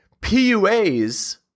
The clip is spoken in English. PUAs